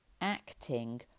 acting